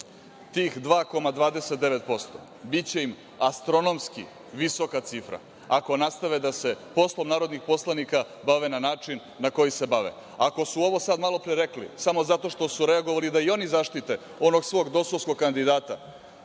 tih 2,29% biće im astronomski visoka cifra ako nastave da se poslom narodnih poslanika bave na način na koji se bave. Ako su ovo sada malopre rekli samo zato što su reagovali da i oni zaštite onog svog dosovskog kandidata,